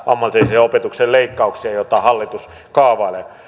ammatillisen opetuksen leikkauksia joita hallitus kaavailee